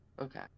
Okay